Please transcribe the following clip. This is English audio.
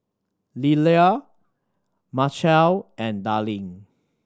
Lelia Machelle and Darline